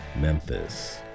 memphis